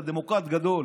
אתה דמוקרט גדול,